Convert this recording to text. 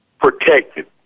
protected